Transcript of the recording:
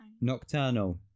Nocturnal